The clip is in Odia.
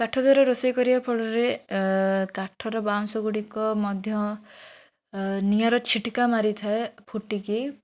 କାଠ ଦ୍ଵାରା ରୋଷେଇ କରିବା ଫଳରେ କାଠର ବାଉଁଶ ଗୁଡ଼ିକ ମଧ୍ୟ ନିଆଁର ଛିଟକା ମାରିଥାଏ ଫୁଟିକି